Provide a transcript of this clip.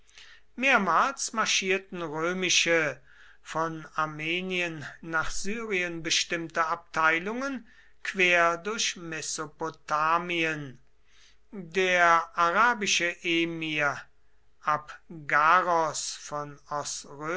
mehrmals marschierten römische von armenien nach syrien bestimmte abteilungen quer durch mesopotamien der arabische emir abgaros von